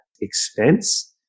expense